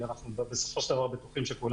כי בסופו של דבר אנחנו בטוחים שכולם,